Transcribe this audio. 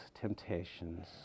temptations